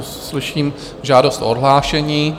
Slyším žádost o odhlášení.